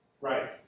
right